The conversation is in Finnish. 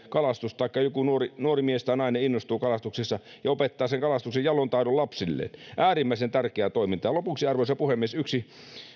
kalastus taikka sitä että joku nuori mies tai nainen innostuu kalastuksesta ja opettaa sen kalastuksen jalon taidon lapsilleen äärimmäisen tärkeää toimintaa lopuksi arvoisa puhemies yksi